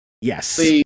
yes